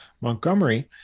Montgomery